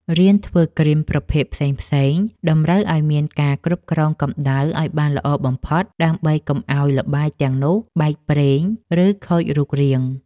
រៀនធ្វើគ្រីមប្រភេទផ្សេងៗតម្រូវឱ្យមានការគ្រប់គ្រងកម្ដៅឱ្យបានល្អបំផុតដើម្បីកុំឱ្យល្បាយទាំងនោះបែកប្រេង ឬខូចរូបរាង។